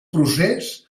procés